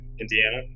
Indiana